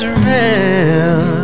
real